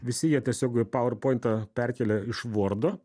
visi jie tiesiog pauverpointą perkėlė iš vordo